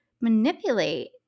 manipulate